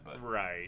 Right